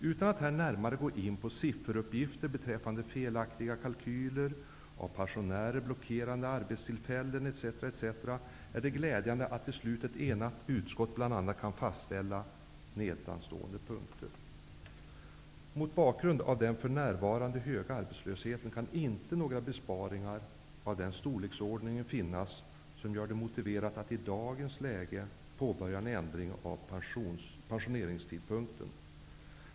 Utan att närmarare gå in på sifferuppgifter beträffande felaktiga kalkyler, av penionärer blockerade arbetstillfällen etc. är det glädjande att ett enigt utskott till sist bl.a. kan fastställa nedanstående punkter: -- Mot bakgrund av den för närvarande höga arbetslösheten kan det inte finnas några besparingar av den storleksordningen som gör det motiverat att i dagens läge påbörja en ändring av pensioneringstidpunkten.